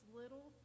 little